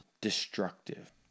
Destructive